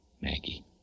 Maggie